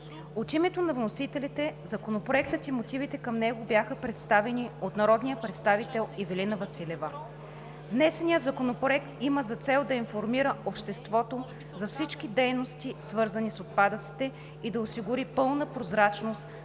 От името на вносителите Законопроектът и мотивите към него бяха представени от народния представител Ивелина Василева. Внесеният законопроект има за цел да информира обществото за всички дейности, свързани с отпадъците, и да осигури пълна прозрачност